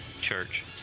church